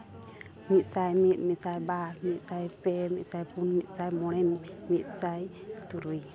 ᱢᱤᱫ ᱥᱟᱭ ᱢᱤᱫ ᱢᱤᱫ ᱥᱟᱭ ᱵᱟᱨ ᱢᱤᱫ ᱥᱟᱭ ᱯᱮ ᱢᱤᱫ ᱥᱟᱭ ᱯᱩᱱ ᱢᱤᱫ ᱥᱟᱭ ᱢᱚᱬᱮ ᱢᱤᱫ ᱥᱟᱭ ᱛᱩᱨᱩᱭ